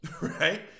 right